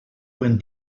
when